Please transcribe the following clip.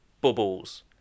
bubbles